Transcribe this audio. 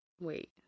Wait